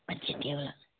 budget எவ்வளோ